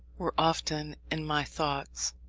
were often in my thoughts,